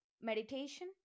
meditation